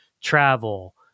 travel